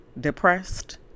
depressed